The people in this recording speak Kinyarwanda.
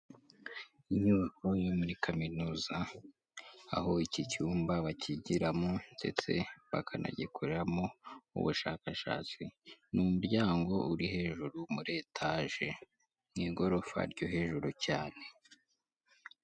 Inyubako yo muri kaminuza aho iki cyumba bakigiramo ndetse bakanagikoreramo ubushakashatsi, ni umuryango uri hejuru muri etage mu igorofa ryo hejuru cyane.